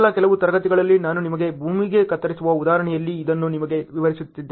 ಮೊದಲ ಕೆಲವು ತರಗತಿಗಳಲ್ಲಿ ನಾನು ನಿಮ್ಮನ್ನು ಭೂಮಿಗೆ ಕತ್ತರಿಸುವ ಉದಾಹರಣೆಯಲ್ಲಿ ಇದನ್ನು ನಿಮಗೆ ವಿವರಿಸುತ್ತಿದ್ದೆ